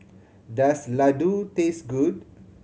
does Ladoo taste good